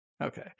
Okay